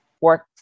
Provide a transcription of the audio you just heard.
work